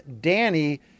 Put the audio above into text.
Danny